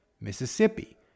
Mississippi